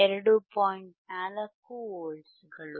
4 ವೋಲ್ಟ್ಗಳು